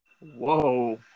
Whoa